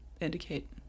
indicate